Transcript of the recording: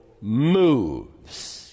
moves